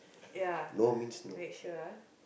ya make sure